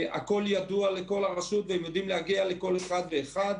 הכול ידוע לכל רשות והם יודעים להגיע לכל אחד ואחד,